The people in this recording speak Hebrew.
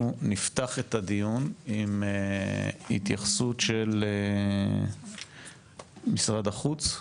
אנחנו נפתח את הדיון עם התייחסות של משרד החוץ,